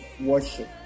worship